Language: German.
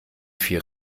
vier